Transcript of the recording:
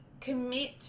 commit